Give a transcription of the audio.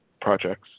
projects